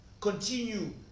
Continue